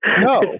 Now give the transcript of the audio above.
No